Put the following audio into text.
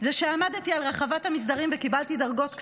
כשעמדתי על רחבת מסדרים וקיבלתי דרגות קצונה,